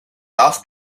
asked